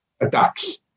attacks